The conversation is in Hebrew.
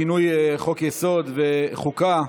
שינוי חוק-יסוד וחוקה,